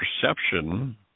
perception